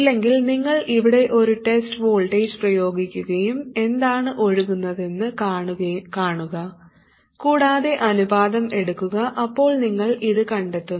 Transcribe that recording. ഇല്ലെങ്കിൽ നിങ്ങൾ ഇവിടെ ഒരു ടെസ്റ്റ് വോൾട്ടേജ് പ്രയോഗിക്കുകയും എന്താണ് ഒഴുകുന്നതെന്നും കാണുക കൂടാതെ അനുപാതം എടുക്കുക അപ്പോൾ നിങ്ങൾ ഇത് കണ്ടെത്തും